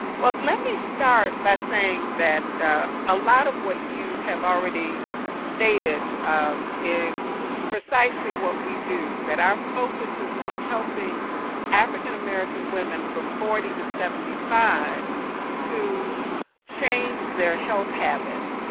well let me start by saying that a lot of what you have already stated is precisely what we do, that our focus is on helping african american women from forty to seventy five to change their health habits,